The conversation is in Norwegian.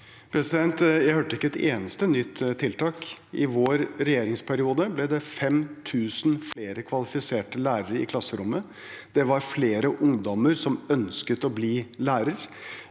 Jeg hørte ikke et eneste nytt tiltak. I vår regjeringsperiode ble det 5 000 flere kvalifiserte lærere i klasserommet. Det var flere ungdommer som ønsket å bli lærer.